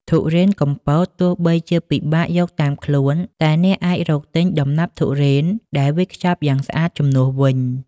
ធុរេនកំពតទោះបីជាពិបាកយកតាមខ្លួន តែអ្នកអាចរកទិញដំណាប់ធុរេនដែលវេចខ្ចប់យ៉ាងស្អាតជំនួសវិញ។